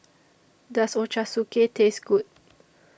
Does Ochazuke Taste Good